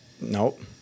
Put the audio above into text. Nope